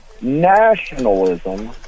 nationalism